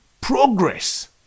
progress